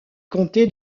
comté